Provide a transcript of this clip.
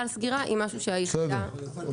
על סגירה היא משהו שהיחידה --- בסדר ענית,